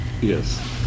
Yes